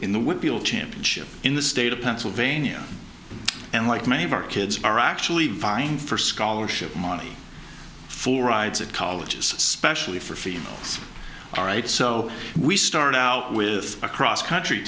all championship in the state of pennsylvania and like many of our kids are actually vine for scholarship money for rides at colleges especially for females all right so we start out with a cross country